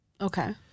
Okay